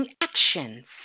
actions